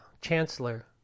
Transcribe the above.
Chancellor